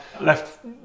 left